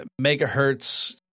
megahertz